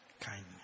kindness